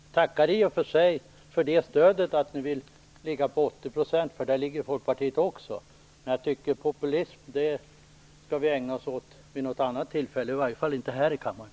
Jag tackar i och för sig för stödet att ni vill lägga nivån på 80 %, för där vill också Folkpartiet lägga nivån. Men populism skall vi ägna oss åt vid något annat tillfälle, och i varje fall inte här i kammaren.